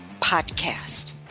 podcast